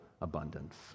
abundance